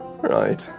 Right